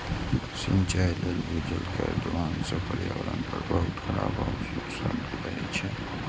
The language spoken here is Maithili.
सिंचाइ लेल भूजल केर दोहन सं पर्यावरण पर बहुत खराब असर पड़ै छै